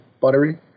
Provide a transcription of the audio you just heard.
buttery